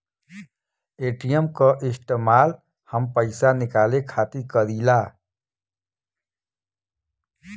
ATM क इस्तेमाल हम पइसा निकाले खातिर करीला